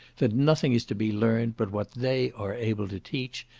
that nothing is to be learnt, but what they are able to teach,